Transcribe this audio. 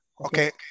Okay